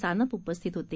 सानप उपस्थित होते